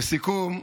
לסיכום,